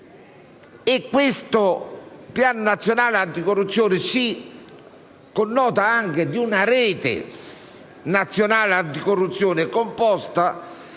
Questo Piano nazionale anticorruzione si connota anche per una rete nazionale anticorruzione composta